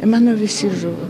mano visi žuvo